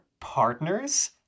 partners